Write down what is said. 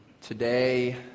Today